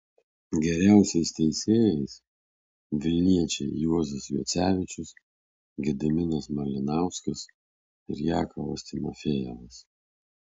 geriausiais teisėjais vilniečiai juozas juocevičius gediminas malinauskas ir jakovas timofejevas